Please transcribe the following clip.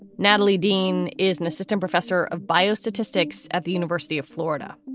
natalie deane is an assistant professor of biostatistics at the university of florida.